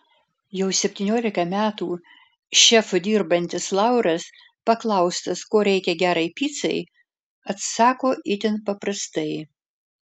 jau septyniolika metų šefu dirbantis lauras paklaustas ko reikia gerai picai atsako itin paprastai